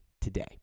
today